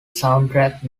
soundtrack